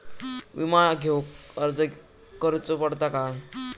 विमा घेउक अर्ज करुचो पडता काय?